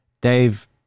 Dave